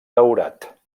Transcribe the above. daurat